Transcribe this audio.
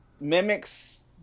mimics